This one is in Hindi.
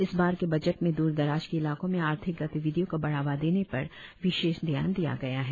इस बार के बजट में दूर दराज के इलाकों में आर्थिक गतिविधियों को बढ़ावा देने पर विशेष ध्यान दिया गया है